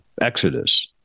Exodus